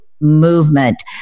movement